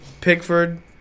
Pickford